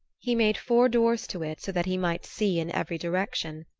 he made four doors to it so that he might see in every direction.